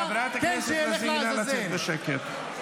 חברת הכנסת לזימי, נא לצאת בשקט.